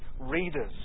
readers